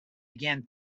began